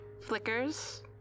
flickers